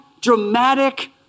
dramatic